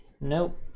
Nope